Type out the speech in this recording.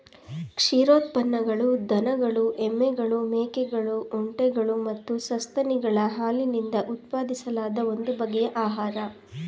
ಕ್ಷೀರೋತ್ಪನ್ನಗಳು ದನಗಳು ಎಮ್ಮೆಗಳು ಮೇಕೆಗಳು ಒಂಟೆಗಳು ಮತ್ತು ಸಸ್ತನಿಗಳ ಹಾಲಿನಿಂದ ಉತ್ಪಾದಿಸಲಾದ ಒಂದು ಬಗೆಯ ಆಹಾರ